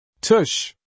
Tush